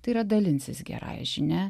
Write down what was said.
tai yra dalinsis gerąja žinia